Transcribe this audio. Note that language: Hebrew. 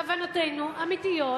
כוונותינו אמיתיות,